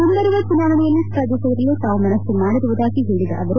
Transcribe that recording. ಮುಂಬರುವ ಚುನಾವಣೆಯಲ್ಲಿ ಸ್ಪರ್ಧಿಸದಿರಲು ತಾವು ಮನಸ್ನು ಮಾಡಿರುವುದಾಗಿ ಹೇಳದ ಅವರು